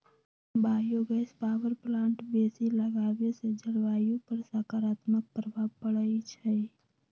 bio gas power plant बेशी लगाबेसे जलवायु पर सकारात्मक प्रभाव पड़इ छै